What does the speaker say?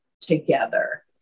together